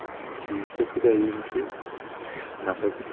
اَچھا ٹھیٖک تُہۍ کۭتیٛاہ یِم چھُو نفر کۭتیٛاہ چھُو